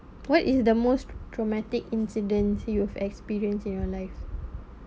what is the most traumatic incidents you've experience in your life